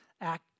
act